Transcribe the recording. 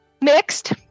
Mixed